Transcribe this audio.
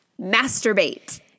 Masturbate